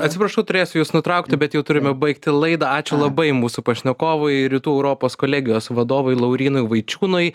atsiprašau turėsiu jus nutraukti bet jau turime baigti laidą ačiū labai mūsų pašnekovui rytų europos kolegijos vadovui laurynui vaičiūnui